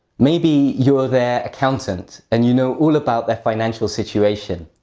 maybe you're their accountant, and you know all about their financial situation.